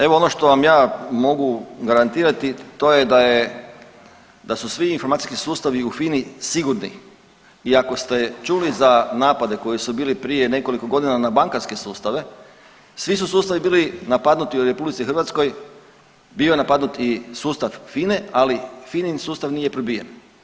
Evo ono što vam ja mogu garantirati to je da su svi informacijski sustavi u FINA-i sigurni i ako ste čuli za napade koji su bili prije nekoliko godina na bankarske sustave, svi su sustavi bili napadnuti u Republici Hrvatskoj, bio je napadnut i sustav FINA-e ali FINA-in sustav nije probijen.